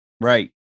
right